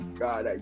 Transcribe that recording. god